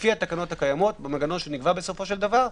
לפי התקנות הקיימות, במנגנון שנקבע בסופו של דבר,